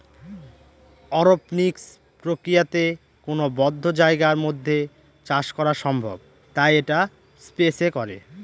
অরপনিক্স প্রক্রিয়াতে কোনো বদ্ধ জায়গার মধ্যে চাষ করা সম্ভব তাই এটা স্পেস এ করে